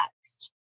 next